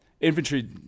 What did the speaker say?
Infantry